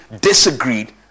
disagreed